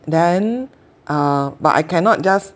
then uh but I cannot just